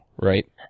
right